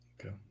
Okay